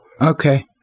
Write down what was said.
Okay